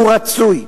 הוא רצוי.